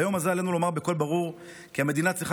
ביום הזה עלינו לומר בקול ברור כי המדינה צריכה